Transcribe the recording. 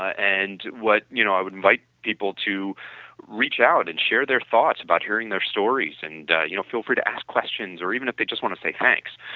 and what you know i would invite people to reach out and share their thoughts about hearing their stories and you know feel free to ask questions or even if they just want to say thanks.